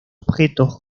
objetos